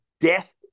death